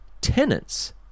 tenants